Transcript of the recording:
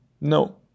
No